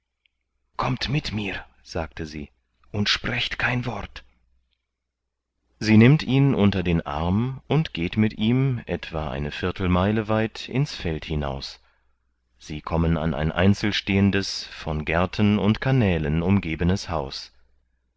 kommt mit mir sagte sie und sprecht kein wort sie nimmt ihn unter den arm und geht mit ihm etwa eine viertelmeile weit ins feld hinaus sie kommen an ein einzelnstehendes von gärten und kanälen umgebenes haus